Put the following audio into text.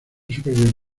superior